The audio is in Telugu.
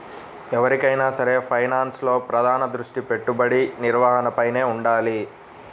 ఎవరికైనా సరే ఫైనాన్స్లో ప్రధాన దృష్టి పెట్టుబడి నిర్వహణపైనే వుండాలి